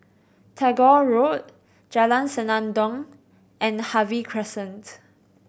Tagore Road Jalan Senandong and Harvey Crescent